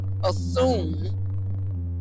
assume